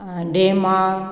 हा डेम आहे